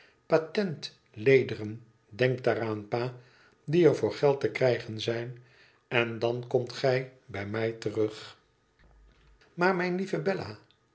patent lederen denk daaraan pa die er voor geld te krijgen zijn en dan komt gij bij mij terug maar mijne lieve bella